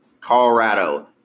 Colorado